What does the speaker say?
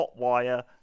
hotwire